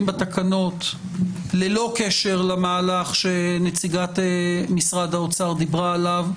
בתקנות ללא קשר למהלך שנציגת משרד האוצר דיברה עליו.